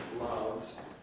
loves